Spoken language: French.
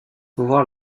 voir